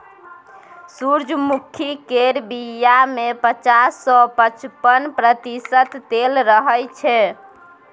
सूरजमुखी केर बीया मे पचास सँ पचपन प्रतिशत तेल रहय छै